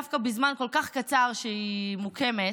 דווקא בזמן הכל-כך קצר שהיא קיימת,